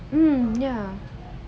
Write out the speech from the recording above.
mm ya